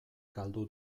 galdu